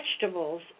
vegetables